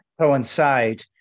coincide